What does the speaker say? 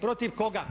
Protiv koga?